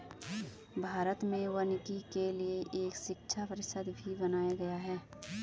भारत में वानिकी के लिए एक शिक्षा परिषद भी बनाया गया है